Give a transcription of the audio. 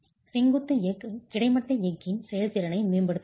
செங்குத்து எஃகு கிடைமட்ட எஃகின் செயல்திறனை மேம்படுத்துகிறது